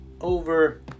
over